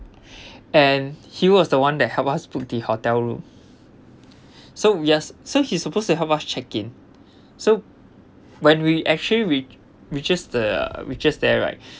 and he was the one that help us booked the hotel room so yes so he's supposed to help us check in so when we actually reach reaches the reaches there right